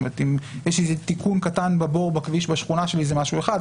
אם יש תיקון בבור בכביש בשכונה שלי זה משהו אחד,